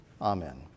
amen